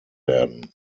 werden